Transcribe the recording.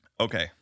Okay